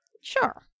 sure